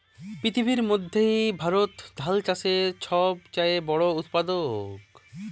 পিথিবীর মইধ্যে ভারত ধাল চাষের ছব চাঁয়ে বড় উৎপাদক